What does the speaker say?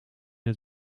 het